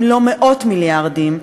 אם לא מאות מיליארדים,